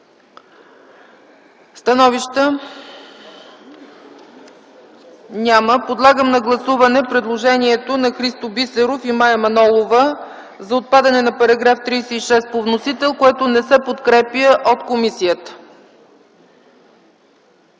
Становища няма. Подлагам на гласуване предложението на Христо Бисеров и Мая Манолова за отпадане на § 36 по вносител, който не се подкрепя от комисията.